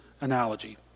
analogy